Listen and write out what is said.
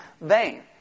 vain